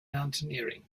mountaineering